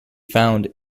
found